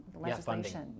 legislation